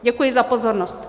Děkuji za pozornost.